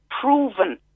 proven